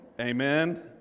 amen